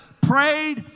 prayed